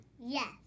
Yes